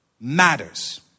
matters